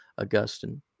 Augustine